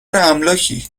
املاکی